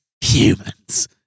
humans